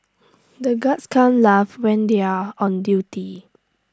the guards can't laugh when they are on duty